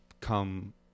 come